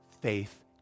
faith